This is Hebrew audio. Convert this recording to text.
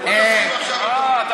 אלון, בוא נסכים עכשיו על תוכנית אלון.